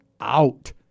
out